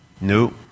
Nope